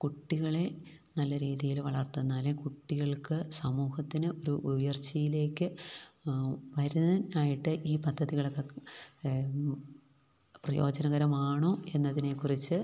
കുട്ടികളെ നല്ല രീതിയില് വളർത്തുന്നതിന് കുട്ടികൾക്ക് സമൂഹത്തില് ഒരു ഉയർച്ചയിലേക്ക് വരാനായിട്ട് ഈ പദ്ധതികളൊക്കെ പ്രയോജനകരമാണോ എന്നതിനെക്കുറിച്ച്